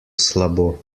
slabo